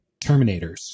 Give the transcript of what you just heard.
Terminators